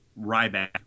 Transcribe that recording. Ryback